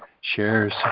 shares